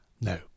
No